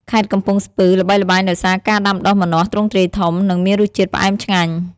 ខេត្តកំពង់ស្ពឺ ល្បីល្បាញដោយសារការដាំដុះម្នាស់ទ្រង់ទ្រាយធំ និងមានរសជាតិផ្អែមឆ្ងាញ់។